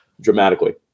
dramatically